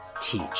teach